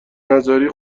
نذاری